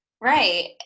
Right